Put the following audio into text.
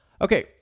okay